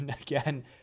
again